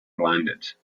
blinded